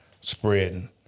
spreading